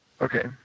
Okay